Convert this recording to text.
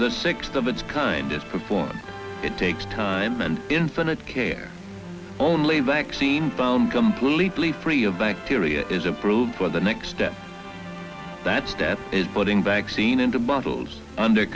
the sixth of its kind is performed it takes time and infinite care only vaccine down completely free of bacteria is approved for the next step that step is putting vaccine into bottles under